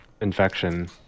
infection